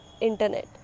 internet